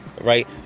right